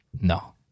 No